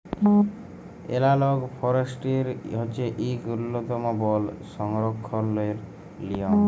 এলালগ forestry হছে ইক উল্ল্যতম বল সংরখ্খলের লিয়ম